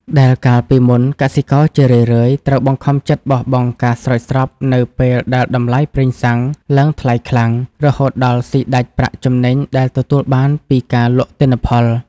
ដែលកាលពីមុនកសិករជារឿយៗត្រូវបង្ខំចិត្តបោះបង់ការស្រោចស្រពនៅពេលដែលតម្លៃប្រេងសាំងឡើងថ្លៃខ្លាំង រហូតដល់ស៊ីដាច់ប្រាក់ចំណេញដែលទទួលបានពីការលក់ទិន្នផល។